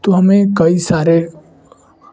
तो हमें कई सारे